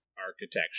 architecture